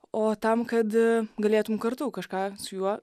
o tam kad galėtum kartu kažką su juo